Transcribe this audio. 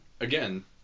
again